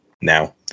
now